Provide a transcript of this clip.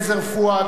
פואד,